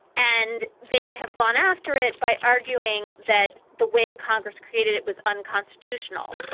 and they have gone after it by arguing that the way congress created it was unconstitutional.